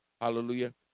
hallelujah